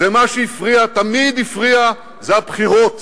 ומה שהפריע, תמיד הפריע, זה הבחירות.